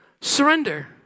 surrender